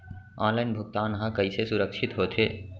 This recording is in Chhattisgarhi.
ऑनलाइन भुगतान हा कइसे सुरक्षित होथे?